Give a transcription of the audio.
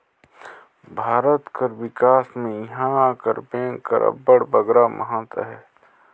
भारत कर बिकास में इहां कर बेंक कर अब्बड़ बगरा महत अहे